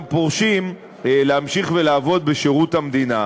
פורשים להמשיך ולעבוד בשירות המדינה.